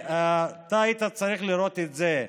ואתה היית צריך לראות את זה.